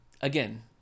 Again